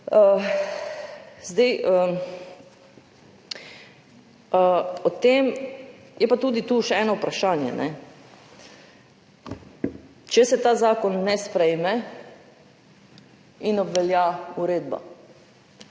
opozarjale. Je pa tudi tu še eno vprašanje. Če se ta zakon ne sprejme in obvelja uredba